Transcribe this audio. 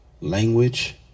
language